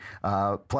plus